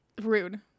Rude